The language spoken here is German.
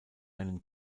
einen